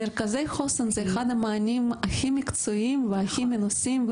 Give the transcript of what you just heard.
מרכזי חוסן הם אחד המענים הכי מקצועיים והכי מנוסים,